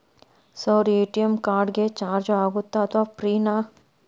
Sir ATM card ಗೆ charge ಆಗುತ್ತಾ ಅಥವಾ ಫ್ರೇ ನಾ?